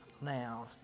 Now